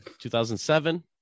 2007